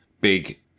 big